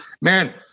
Man